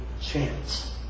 chance